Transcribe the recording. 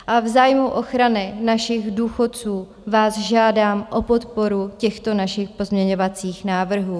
V zájmu ochrany našich důchodců vás žádám o podporu těchto našich pozměňovacích návrhů.